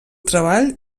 treball